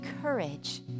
courage